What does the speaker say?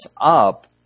up